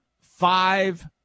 five